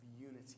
unity